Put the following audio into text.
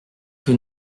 que